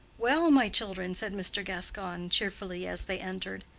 well, my children! said mr. gascoigne, cheerfully, as they entered.